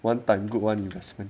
one time good one investment